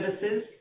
services